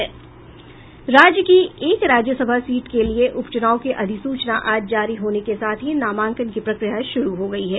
राज्य की एक राज्यसभा सीट के लिये उपचुनाव की अधिसूचना आज जारी होने के साथ ही नामांकन की प्रक्रिया शुरू हो गयी है